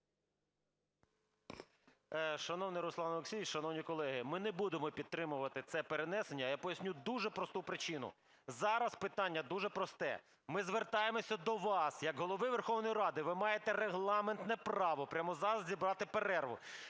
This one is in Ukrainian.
Шановний Руслан Олексійович, шановні колеги, ми не будемо підтримувати це перенесення, я поясню дуже просту причину. Зараз питання дуже просте, ми звертаємося до вас, як Голови Верховної Ради ви маєте регламентне право прямо зараз зібрати перерву.